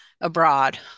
abroad